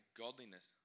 godliness